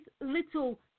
little